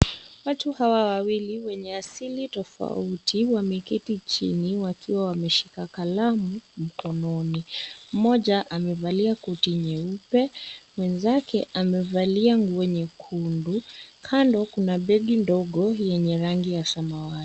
Watu hawa wawili wenye asili tofauti wameketi chini wakiwa wameshika kalamu mkononi. Mmoja amevalia koti nyeupe, mwenzake amevalia nguo nyekundu. Kando kuna begi ndogo yenye rangi ya samawati.